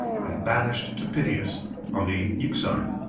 and banished to pityus, on the euxine,